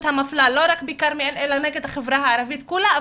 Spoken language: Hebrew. המפלה לא רק בכרמיאל אלא נגד החברה הערבית כולה.